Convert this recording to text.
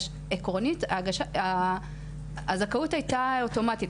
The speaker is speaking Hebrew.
עקרונית הזכאות הייתה אוטומטית,